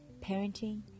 parenting